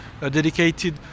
dedicated